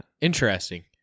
Interesting